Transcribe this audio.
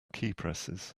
keypresses